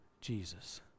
Jesus